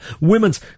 Women's